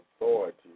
authority